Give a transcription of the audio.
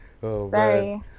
Sorry